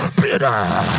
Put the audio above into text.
Bitter